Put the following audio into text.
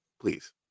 please